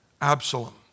Absalom